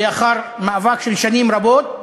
לאחר מאבק של שנים רבות,